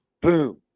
boom